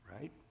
right